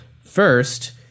First